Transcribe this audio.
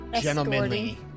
gentlemanly